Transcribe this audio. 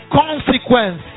consequence